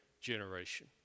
generation